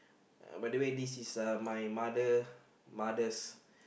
by the way this is uh my mother mother's